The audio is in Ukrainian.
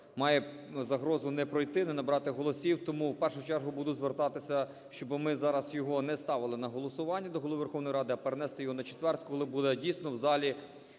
має загрозу не пройти, не набрати голосів, тому, в першу чергу, буду звертатися, щоб ми зараз його не ставили на голосування, до Голови Верховної Ради, а перенести його на четвер, коли буде, дійсно, в залі